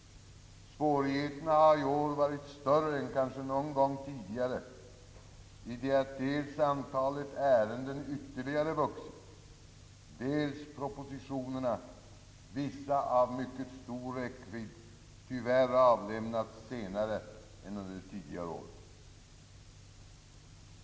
Svårigheterna har i år varit större än kanske någon gång tidigare, i det att dels antalet ärenden ytterligare vuxit, dels propositionerna, vissa av mycket stor räckvidd, tyvärr avlämnats senare än under tidigare år.